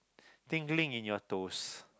tingling in your toes